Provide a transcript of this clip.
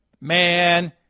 man